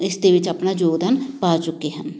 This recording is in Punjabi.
ਇਸ ਦੇ ਵਿੱਚ ਆਪਣਾ ਯੋਗਦਾਨ ਪਾ ਚੁੱਕੇ ਹਨ